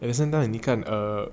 at the same time 你看 err